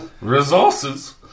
resources